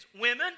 Women